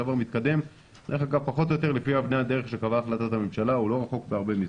אבל לפעמים תרופת המקור כואבת יותר ותרופת הגנריקה לא כואבת.